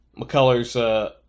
McCullers